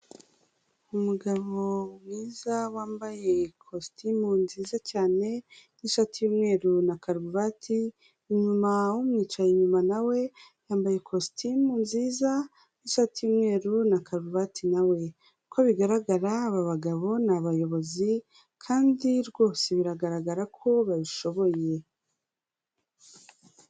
Umugabo mwiza wambaye ikositimu nziza cyane n'ishati y'umweru na karuvati, inyuma umwicaye inyuma nawe yambaye ikositimu nziza, ishati y'umweru na karuvati na we, uko bigaragara aba bagabo ni abayobozi kandi rwose biragaragara ko babishoboye.